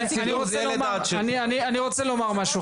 אני רוצה לומר משהו.